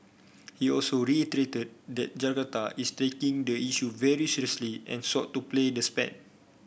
he also reiterated that Jakarta is taking the issue very seriously and sought to play the spat